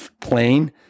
plane